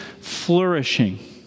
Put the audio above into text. flourishing